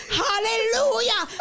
hallelujah